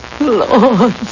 Lord